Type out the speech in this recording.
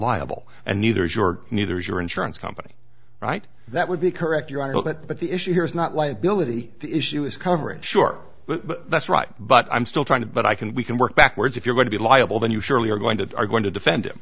liable and neither is your neither is your insurance company right that would be correct your honor but the issue here is not liability the issue is coverage sure that's right but i'm still trying to but i can we can work backwards if you're going to be liable then you surely are going to are going to defend